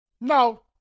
No